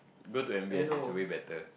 go to M_B_S it's way better